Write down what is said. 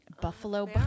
Buffalo